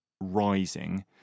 rising